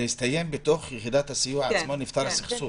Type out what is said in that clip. זה הסתיים, בתוך יחידת הסיוע עצמה נפתר הסכסוך?